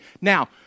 now